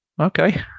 Okay